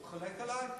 הוא חולק עלי?